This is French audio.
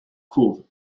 cove